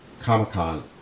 Comic-Con